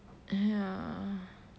ya